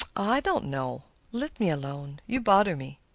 i don't know. let me alone you bother me.